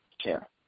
chair